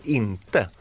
inte